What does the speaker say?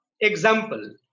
example